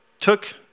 took